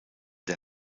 der